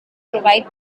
provide